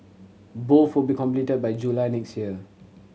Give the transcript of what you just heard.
both will be completed by July next year